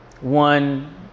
One